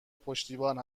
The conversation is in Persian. پشتیبان